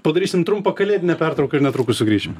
padarysim trumpą kalėdinę pertrauką ir netrukus sugrįšim